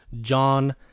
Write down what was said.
John